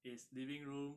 is living room